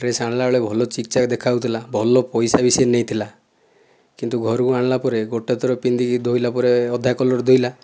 dress ଆଣିଲା ବେଳେ ଭଲ ଚିକ୍ ଚାକ୍ ଦେଖାଯାଉଥିଲା ଭଲ ପଇସା ବି ସେ ନେଇଥିଲା କିନ୍ତୁ ଘରକୁ ଆଣିଲା ପରେ ଗୋଟିଏ ଥର ପିନ୍ଧିକି ଧୋଇଲା ପରେ ଅଧା କଲର୍ ଧୋଇଲା